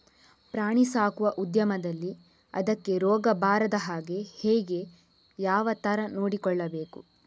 ಪ್ರಾಣಿ ಸಾಕುವ ಉದ್ಯಮದಲ್ಲಿ ಅದಕ್ಕೆ ರೋಗ ಬಾರದ ಹಾಗೆ ಹೇಗೆ ಯಾವ ತರ ನೋಡಿಕೊಳ್ಳಬೇಕು?